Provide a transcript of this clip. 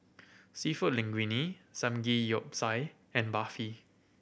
Seafood Linguine Samgeyopsal and Barfi